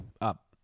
up